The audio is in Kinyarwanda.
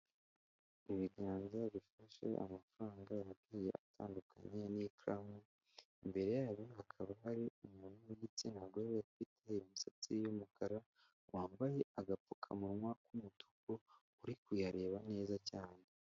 Ibiganza bifashe amafaranga agiye atandukanye n'ikaramu, imbere yabo hakaba hari umuntu w'igitsina gore ufite imisatsi y'umukara, wambaye agapfukamunwa k'umutuku uri kuyareba neza cyane.